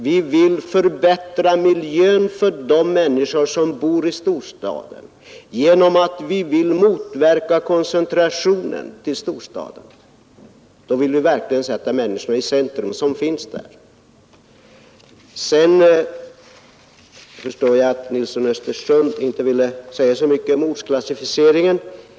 Vi vill förbättra miljön för de människor som bor i storstaden, vi vill motverka koncentrationen till storstaden — och därmed vill vi verkligen sätta storstadsmänniskan i centrum. Sedan förstår jag att herr Nilsson i Östersund inte ville säga så mycket om ortsklassificeringen.